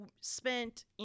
spent